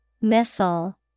Missile